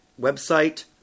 website